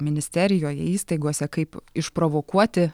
ministerijoje įstaigose kaip išprovokuoti